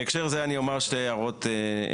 בהקשר זה אני אומר שתי הערות נוספות.